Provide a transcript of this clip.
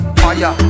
fire